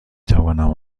توانم